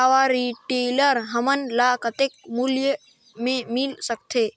Power tiller हमन ल कतेक मूल्य मे मिल सकथे?